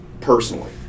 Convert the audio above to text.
personally